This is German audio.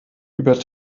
über